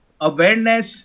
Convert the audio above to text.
awareness